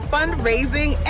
Fundraising